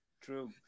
True